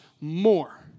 more